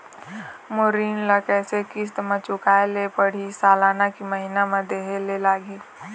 मोर ऋण ला कैसे किस्त म चुकाए ले पढ़िही, सालाना की महीना मा देहे ले लागही?